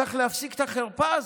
צריך להפסיק את החרפה הזאת.